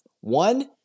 One